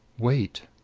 wait!